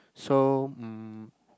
so mm